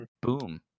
Boom